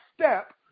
step